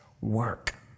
work